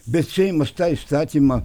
bet seimas tą įstatymą